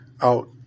out